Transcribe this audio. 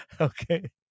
Okay